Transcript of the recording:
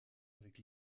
avec